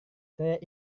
saya